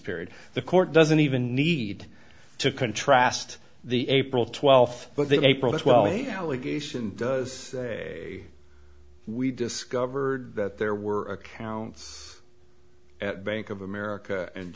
period the court doesn't even need to contrast the april twelfth but the april as well yeah legation does say we discovered that there were accounts at bank of america and